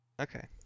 Okay